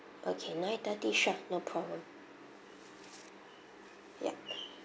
okay nine thirty sure no problem yup